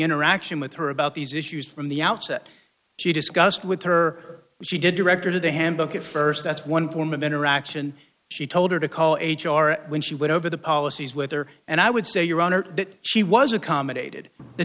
interaction with her about these issues from the outset she discussed with her she did director of the handbook at first that's one form of interaction she told her to call when she went over the policies with her and i would say your honor that she was accommodated the